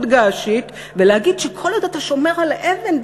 געשית ולהגיד שכל עוד אתה שומר על האבן,